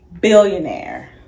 billionaire